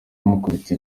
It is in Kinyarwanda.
amukubita